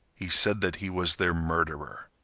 he said that he was their murderer.